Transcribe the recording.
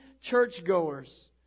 churchgoers